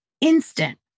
instant